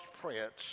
prince